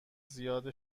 زیاد